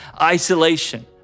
Isolation